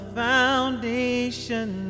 foundation